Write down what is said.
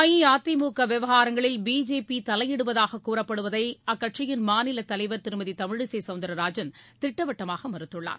அஇஅதிமுக விவகாரங்களில் பிஜேபி தலையிடுவதாகக் கூறப்படுவதை அக்கட்சியின் மாநிலத் தலைவர் திருமதி தமிழிசை சவுந்தரராஜன் திட்டவட்டமாக மறுத்துள்ளார்